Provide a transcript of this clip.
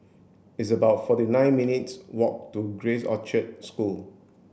it's about forty nine minutes' walk to Grace Orchard School